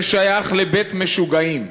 זה שייך לבית-משוגעים".